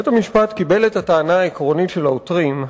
בית-המשפט קיבל את הטענה העיקרית של העותרים,